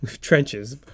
Trenches